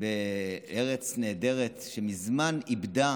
ארץ נהדרת, שמזמן איבדה